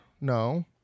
No